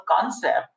concept